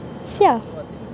yeah